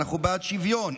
אנחנו בעד שוויון.